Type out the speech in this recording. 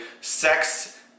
sex